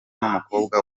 n’umukobwa